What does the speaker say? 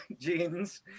jeans